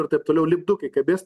ir taip toliau lipdukai kabės